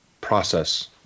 process